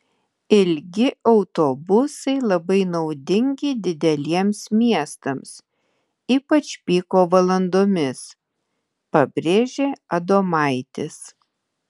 ilgi autobusai labai naudingi dideliems miestams ypač piko valandomis pabrėžė adomaitis